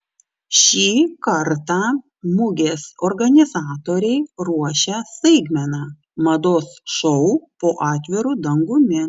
šį kartą mugės organizatoriai ruošia staigmeną mados šou po atviru dangumi